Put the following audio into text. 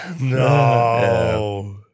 No